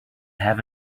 have